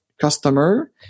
customer